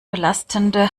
belastende